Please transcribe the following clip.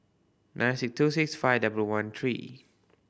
nine six two six five double one three